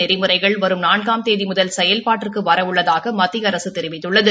நெறிமுறைகள் வரும் நான்காம் தேதி முதல் செயல்பாட்டிற்கு வர உள்ளதாக மத்திய அரசு தெிவித்துள்ளது